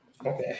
Okay